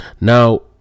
now